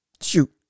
Shoot